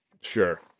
Sure